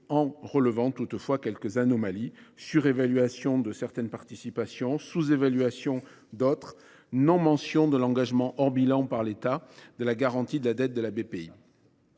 en relevant toutefois quelques anomalies : surévaluation de certaines participations, sous évaluation d’autres, absence de mention de l’engagement hors bilan par l’État de garantir la dette de